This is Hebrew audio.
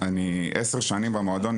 אני עשר שנים במועדון,